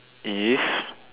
if